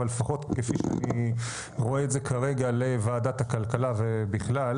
אבל לפחות כפי שאני רואה את זה כרגע לוועדת הכלכלה ובכלל,